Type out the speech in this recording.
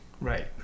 Right